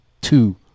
two